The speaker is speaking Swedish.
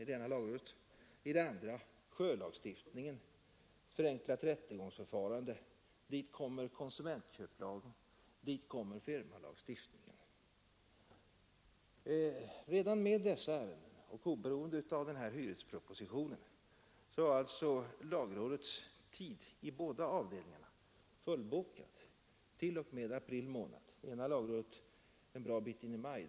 I den andra behandlas sjölagstiftningen och lagen om förenklat rättegångsförfarande, och dit kommer snart konsumentköpslagen och firmalagstiftningen. Redan med dessa ärenden — och oberoende av dessa hyresärenden — var alltså lagrådets tid i båda avdelningarna fullbokad t.o.m. april månad — för den ena avdelningen dessutom en bra bit in i maj.